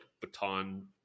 baton